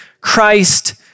Christ